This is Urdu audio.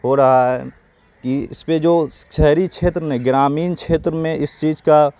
ہو رہا ہے کہ اس پہ جو شہری چھیتر میں گرامین چھیتر میں اس چیز کا